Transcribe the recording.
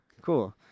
Cool